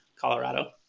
Colorado